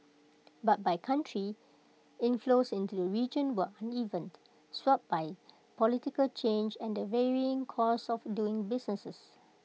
but by country inflows into the region were uneven swayed by political change and the varying costs of doing business